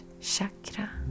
chakra